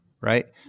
right